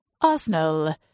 Arsenal